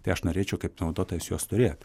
tai aš norėčiau kaip naudotojas juos turėt